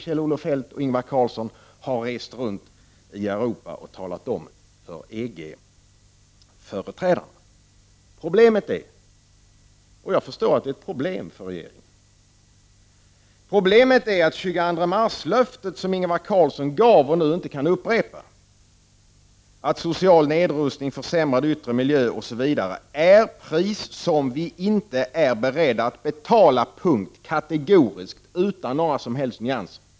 Kjell-Olof Feldt och Ingvar Carlsson har rest runt i Europa och talat om detta för EG-företrädare. Problemet är — jag förstår att det är ett problem för regeringen — det löfte som Ingvar Carlsson, kategoriskt och utan några som helst nyanser, gav den 22 mars men som han nu inte kan upprepa, nämligen att social nedrustning, försämrad yttre miljö, osv. är ett pris som vi inte är beredda att betala.